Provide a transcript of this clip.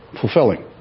Fulfilling